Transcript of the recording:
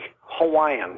Hawaiian